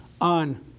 on